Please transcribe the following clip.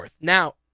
now